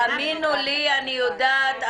תאמינו לי, אני יודעת.